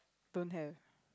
don't have